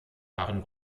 waren